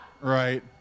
right